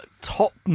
top